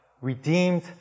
redeemed